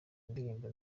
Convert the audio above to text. indirimbo